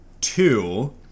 two